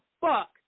fuck